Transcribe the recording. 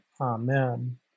Amen